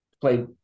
play